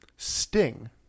Sting